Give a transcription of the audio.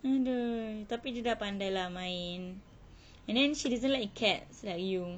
adoi tapi dia dah pandai lah main and then she doesn't like cats like you